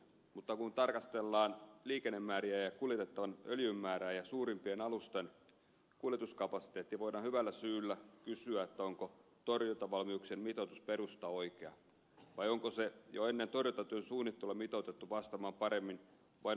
mutta kun tarkastellaan liikennemääriä ja kuljetettavan öljyn määrää ja suurimpien alusten kuljetuskapasiteettia voidaan hyvällä syyllä kysyä onko torjuntavalmiuksien mitoitusperusta oikea vai onko se jo ennen torjuntatyön suunnittelua mitoitettu vastaamaan paremmin vain omia resurssejamme